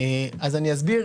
אני אסביר